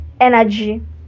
energy